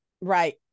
Right